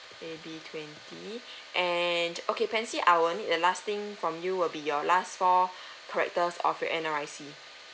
A B twenty and okay pansy I will need the last thing from you will be your last four characters of your N_R_I_C